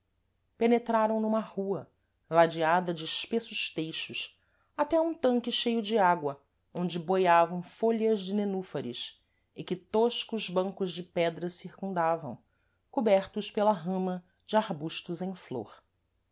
gonzos penetraram numa rua ladeada de espessos teixos até a um tanque cheio de água onde boiavam fôlhas de nenúfares e que toscos bancos de pedra circundavam cobertos pela rama de arbustos em flor